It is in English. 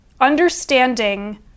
understanding